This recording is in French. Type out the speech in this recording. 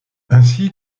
ainsi